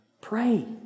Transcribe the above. Pray